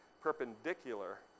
perpendicular